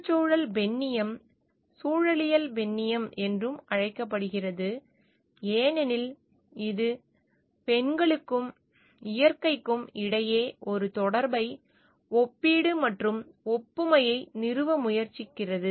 சுற்றுச்சூழல் பெண்ணியம் சூழலியல் பெண்ணியம் என்றும் அழைக்கப்படுகிறது ஏனெனில் இது பெண்களுக்கும் இயற்கைக்கும் இடையே ஒரு தொடர்பை ஒப்பீடு மற்றும் ஒப்புமையை நிறுவ முயற்சிக்கிறது